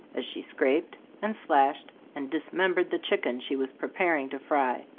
as she scraped, and slashed, and dismembered the chicken she was preparing to fry.